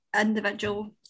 individual